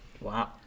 Wow